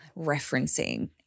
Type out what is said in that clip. referencing